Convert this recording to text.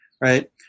right